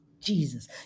Jesus